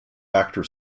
actor